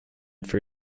for